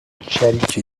شریک